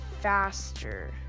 faster